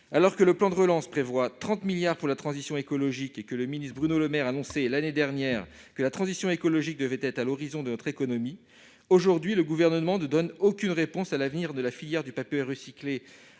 Alors que le plan de relance prévoit 30 milliards d'euros pour la transition écologique et que le ministre Bruno Le Maire annonçait, l'année passée, que cette dernière devait être l'horizon de notre économie, le Gouvernement ne donne aucune réponse sur l'avenir de la filière du papier recyclé